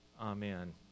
amen